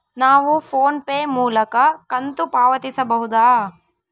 ನಾವು PhonePe ಮೂಲಕ ಕಂತು ಪಾವತಿಸಬಹುದಾ?